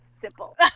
simple